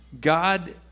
God